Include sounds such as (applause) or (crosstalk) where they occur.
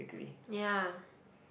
(noise) ya